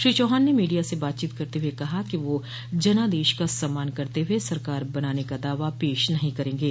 श्री चौहान ने मीडिया से बातचीत करते हुए कहा कि वह जनादेश का सम्मान करते हुए सरकार बनाने का दावा पेश नहीं करेंगे